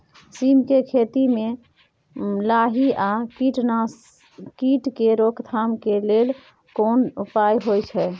सीम के खेती म लाही आ कीट के रोक थाम के लेल केना उपाय होय छै?